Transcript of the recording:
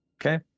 okay